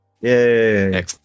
Yay